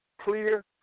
clear